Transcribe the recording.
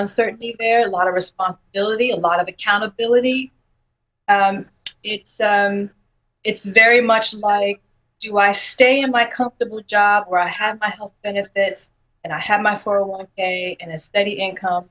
uncertainty there a lot of responsibility a lot of accountability so it's very much like do i stay in my comfortable job where i have health benefits and i have my four a one and a steady income